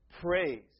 Praise